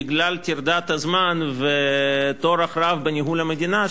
בגלל טרדת הזמן וטורח רב בניהול המדינה,